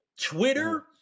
Twitter